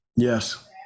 Yes